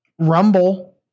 rumble